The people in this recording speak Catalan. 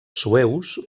sueus